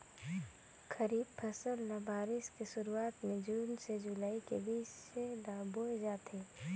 खरीफ फसल ल बारिश के शुरुआत में जून से जुलाई के बीच ल बोए जाथे